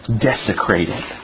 desecrated